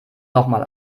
nochmal